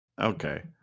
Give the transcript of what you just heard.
Okay